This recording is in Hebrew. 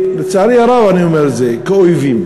לצערי הרב אני אומר את זה, כאויבים.